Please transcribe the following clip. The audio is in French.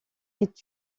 est